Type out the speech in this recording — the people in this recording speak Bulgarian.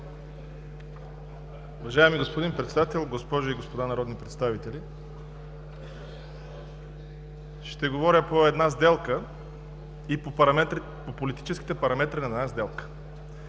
Уважаеми господин Председател, госпожи и господа народни представители! Ще говоря по една сделка и по политическите параметри на една сделка.